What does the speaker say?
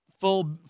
full